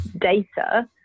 data